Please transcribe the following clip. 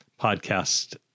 podcast